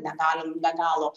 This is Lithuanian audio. negalim be galo